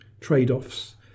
trade-offs